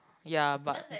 ya but